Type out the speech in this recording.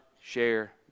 share